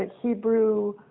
Hebrew